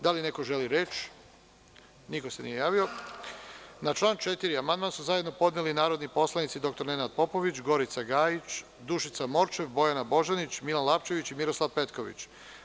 Da li neko želi reč? (Ne.) Na član 4. amandman su zajedno podneli narodni poslanici dr Nenad Popović, Gorica Gajić, Dušica Morčev, Bojana Božanić, Milan Lapčević i Miroslav Petković.